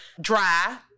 dry